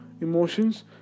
Emotions